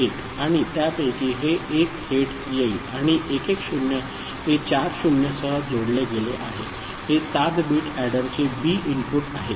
1101 आणि त्यापैकी हे 1 थेट येईल आणि 110 हे चार 0 सह जोडले गेले आहे हे 7 बीट एडरचे बी इनपुट आहे